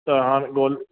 त हाणे ॻोल्हियो